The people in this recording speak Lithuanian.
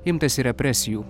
imtasi represijų